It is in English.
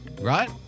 Right